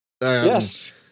Yes